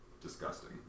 disgusting